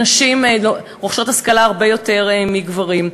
נשים רוכשות השכלה הרבה יותר מגברים.